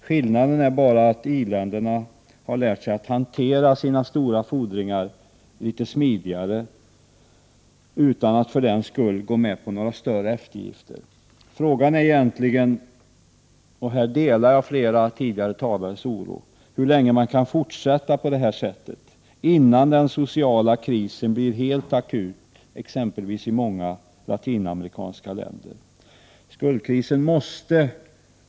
Skillnaden är bara att i-länderna har lärt sig att hantera sina stora fordringar litet smidigare utan att för den skull gå med på några större eftergifter. Frågan är egentligen hur länge man kan fortsätta på detta sätt innan den sociala krisen blir helt akut i exempelvis många latinamerikanska länder. Här delar jag flera tidigare talares oro.